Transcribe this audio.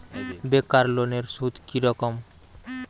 বেকার লোনের সুদ কি রকম?